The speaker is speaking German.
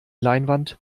leinwand